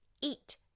eat